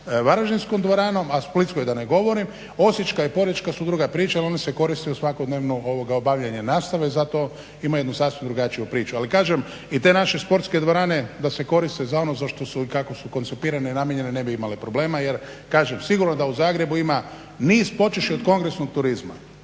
Varaždinskom dvoranom, a o splitskoj da ne govorim. Osječka i porečka su druga priča, one se koriste u svakodnevno obavljanje nastave, zato imaju jednu sasvim drugačiju priču. Ali kažem, i te naše sportske dvorane da se koriste za ono za što su i kako su koncipirane, namijenjene, ne bi imale problema jer kažem sigurno da u zagrebu ima niz, počevši od kongresnog turizma.